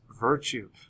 virtue